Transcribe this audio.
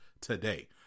today